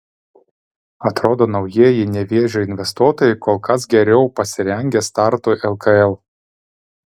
atrodo naujieji nevėžio investuotojai kol kas geriau pasirengę startui lkl